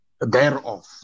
thereof